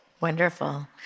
Wonderful